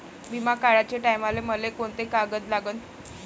बिमा काढाचे टायमाले मले कोंते कागद लागन?